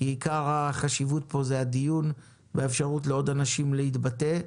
כי עיקר החשיבות פה היא הדיון ואפשרות לעוד אנשים להתבטא.